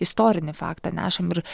istorinį faktą nešam ir